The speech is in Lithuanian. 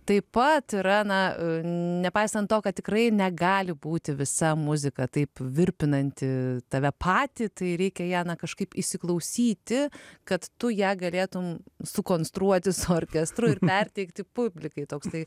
taip pat irena nepaisant to kad tikrai negali būti visa muzika taip virpinanti tave patį tai reikia jam kažkaip įsiklausyti kad tu ją galėtumei sukonstruoti su orkestru ir perteikti publikai toks